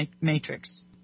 matrix